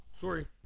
sorry